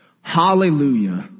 Hallelujah